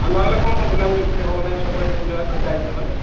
ଆଉ ନହେଲେ କ'ଣ ବୁଲାବୁଲି କରିହେବ ନାହିଁ ସବୁଆଡ଼େ ବୁଲିବା ନା ଯାଇଛେ ମାନେ